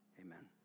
amen